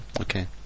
Okay